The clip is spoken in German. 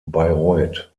bayreuth